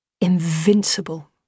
Invincible